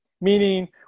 meaning